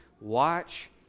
Watch